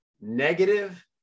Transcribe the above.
negative